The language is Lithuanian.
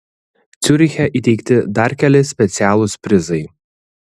ciuriche įteikti dar keli specialūs prizai